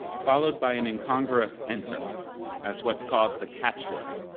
followed by an incongruous enter as what's called the catch word,